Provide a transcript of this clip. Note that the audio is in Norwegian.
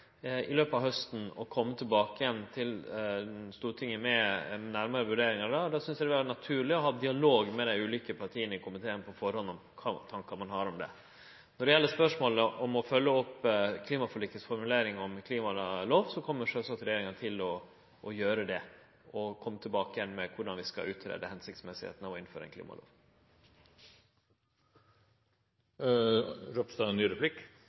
i løpet av hausten å kome tilbake igjen til Stortinget med ei nærmare vurdering, og då synest eg det ville vere naturleg å ha dialog med dei ulike partia i komiteen på førehand om kva for tankar ein har om det. Når det gjeld spørsmålet om å følgje opp klimaforlikets formulering om klimalov, kjem sjølvsagt regjeringa til å gjere det og kome tilbake igjen med korleis vi skal greie ut om det er føremålstenleg å innføre ein klimalov.